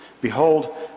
Behold